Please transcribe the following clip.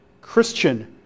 Christian